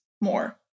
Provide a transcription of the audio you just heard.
more